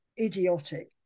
idiotic